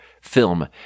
film